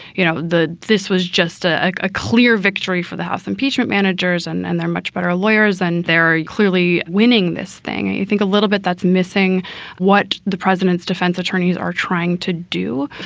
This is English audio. you know, this was just ah a clear victory for the house impeachment managers and and they're much better lawyers and they're clearly winning this thing. and you think a little bit that's missing what the president's defense attorneys are trying to do?